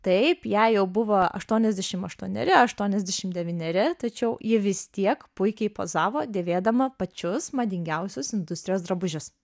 taip jai jau buvo aštuoniasdešim aštuoneri aštuoniasdešim devyneri tačiau ji vis tiek puikiai pozavo dėvėdama pačius madingiausius industrijos drabužius